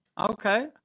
Okay